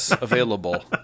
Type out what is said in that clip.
available